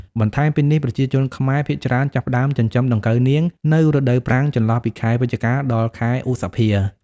បន្ថែមពីនេះប្រជាជនខ្មែរភាគច្រើនចាប់ផ្តើមចិញ្ចឹមដង្កូវនាង នៅរដូវប្រាំង ចន្លោះពីខែវិច្ឆិកា ដល់ ខែឧសភា។